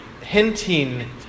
hinting